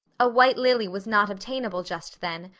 a white lily was not obtainable just then,